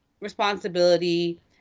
responsibility